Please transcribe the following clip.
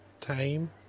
time